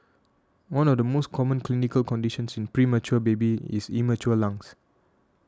one of the most common clinical conditions in premature babies is immature lungs